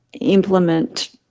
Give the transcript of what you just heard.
implement